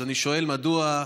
אז אני שואל: מדוע,